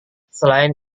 selain